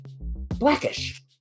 blackish